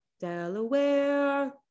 Delaware